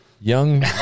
young